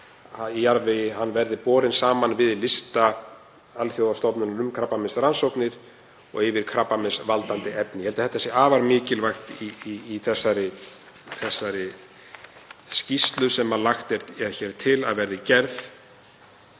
í jarðvegi verði borinn saman við lista Alþjóðastofnunar um krabbameinsrannsóknir yfir krabbameinsvaldandi efni. Ég held að þetta sé afar mikilvægt í þessari skýrslu sem lagt er til að verði gerð